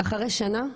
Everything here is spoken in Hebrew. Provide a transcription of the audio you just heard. אחרי שנה,